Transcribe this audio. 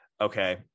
Okay